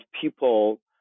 people